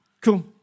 Cool